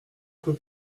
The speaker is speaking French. peu